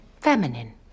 feminine